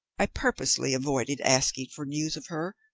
i purposely avoided asking for news of her.